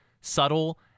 subtle